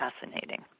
fascinating